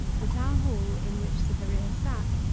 the town hall, in which cytherea sat,